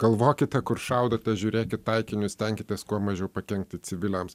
galvokite kur šaudote žiūrėkit taikinius stenkitės kuo mažiau pakenkti civiliams